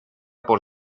por